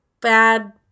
bad